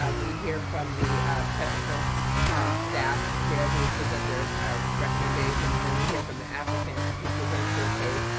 um we hear from the technical staff here who present their recommendation and then we hear from the applicant who presents their case.